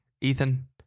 Ethan